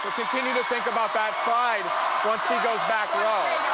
continue to think about that slide once she goes back low.